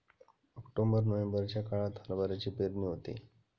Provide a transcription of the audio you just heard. October नोव्हेंबरच्या काळात हरभऱ्याची पेरणी होते